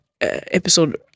episode